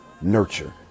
nurture